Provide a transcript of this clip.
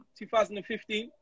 2015